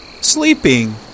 sleeping